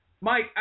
Mike